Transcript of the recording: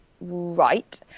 Right